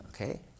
Okay